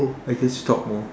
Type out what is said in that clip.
I just talked more